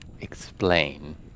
explain